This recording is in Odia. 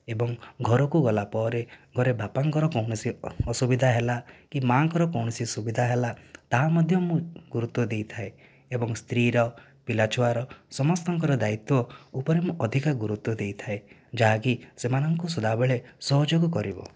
ଏବଂ ଘରକୁ ଗଲାପରେ ଘରେ ବାପାଙ୍କର କୌଣସି ଅସୁବିଧା ହେଲା କି ମାଆଙ୍କର କୌଣସି ସୁବିଧା ହେଲା ତାହା ମଧ୍ୟ ମୁଁ ଗୁରୁତ୍ୱ ଦେଇଥାଏ ଏବଂ ସ୍ତ୍ରୀର ପିଲା ଛୁଆର ସମସ୍ତଙ୍କର ଦାୟିତ୍ୱ ଉପରେ ମୁଁ ଅଧିକ ଗୁରୁତ୍ୱ ଦେଇଥାଏ ଯାହାକି ସେମାନଙ୍କୁ ସଦାବେଳେ ସହଯୋଗ କରିବ